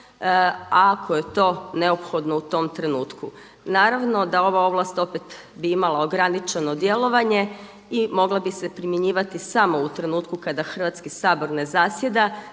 ako je to neophodno u tom trenutku. Naravno da ova ovlast opet bi imala ograničeno djelovanje i mogla bi se primjenjivati samo u trenutku kada Hrvatski sabor ne zasjeda